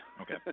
Okay